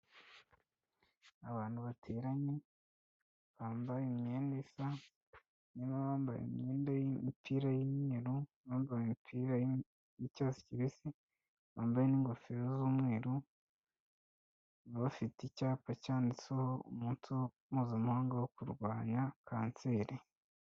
Abantu bateranye, bambaye imyenda isa, harimo bambaye imyenda y'imipira y'imyeru, abambaye imipira y'icyatsi kibisi, bambaye n'ingofero z'umweru, bakaba bafite icyapa cyanditseho umunsi mpuzamahanga wo kurwanya kanseri.